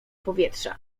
powietrza